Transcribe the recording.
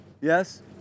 yes